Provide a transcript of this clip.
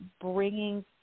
bringing